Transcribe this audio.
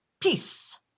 peace